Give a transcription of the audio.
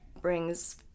brings